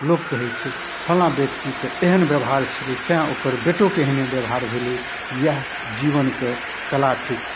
लोक कहै छै फलाँ व्यक्तिके एहन बेवहार छलै तेँ ओकर बेटोके एहने बेवहार भेलै इएह जीवनके कला थिक